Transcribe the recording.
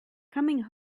coming